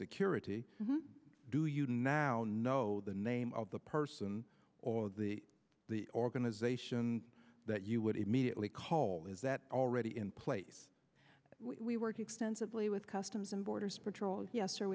security do you now know the name of the person or the the organization that you would immediately call is that already in place we worked extensively with customs and border patrol yes